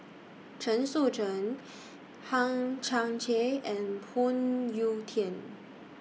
Chen Sucheng Hang Chang Chieh and Phoon Yew Tien